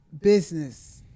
business